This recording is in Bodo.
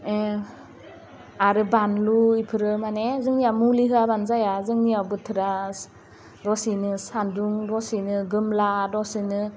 आरो बानलु इफोरो माने जोंनिया मुलि होआबानो जाया जोंनिया बोथोरा दसेनो सान्दुं दसेनो गोमला दसेनो